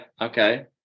Okay